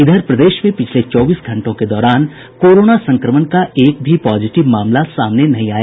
इधर प्रदेश में पिछले चौबीस घंटों के दौरान कोरोना संक्रमण का एक भी पॉजिटिव मामला सामने नहीं आया